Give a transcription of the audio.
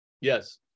Yes